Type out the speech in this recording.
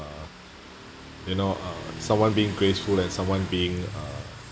you know uh someone being graceful and someone being uh